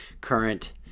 current